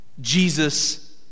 Jesus